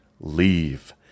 leave